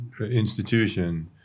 institution